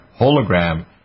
hologram